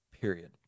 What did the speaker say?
period